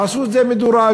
עשו את זה מדורג,